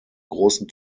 großen